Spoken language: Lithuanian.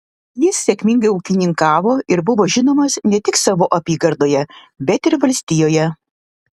jis sėkmingai ūkininkavo ir buvo žinomas ne tik savo apygardoje bet ir valstijoje